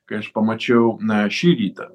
kai aš pamačiau na šį rytą